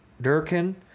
Durkin